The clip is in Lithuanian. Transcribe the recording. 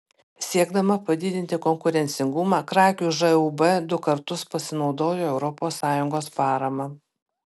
siekdama padidinti konkurencingumą krakių žūb du kartus pasinaudojo europos sąjungos parama